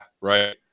Right